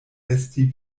esti